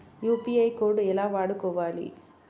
UPI code ఎలా వాడుకోవాలి?